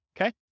Okay